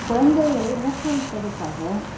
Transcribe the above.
குழந்தைகளை ஊக்குவிப்பதற்காக